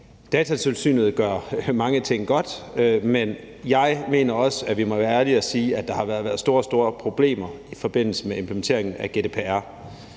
Datatilsynet gør mange ting godt, men jeg mener også, at vi må være ærlige og sige at der har været store, store problemer i forbindelse med implementeringen af GDPR.